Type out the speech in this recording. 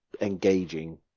engaging